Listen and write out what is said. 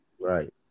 right